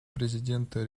президента